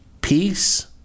peace